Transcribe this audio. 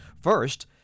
First